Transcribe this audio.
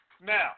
Now